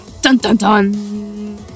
Dun-dun-dun